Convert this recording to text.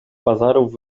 bazarów